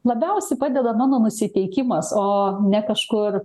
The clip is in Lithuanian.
labiausiai padeda mano nusiteikimas o ne kažkur